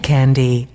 Candy